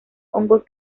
hongos